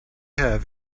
have